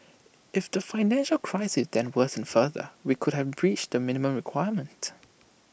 if the financial crisis then worsened further we could have breached the minimum requirement